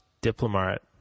diplomat